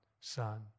son